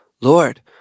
Lord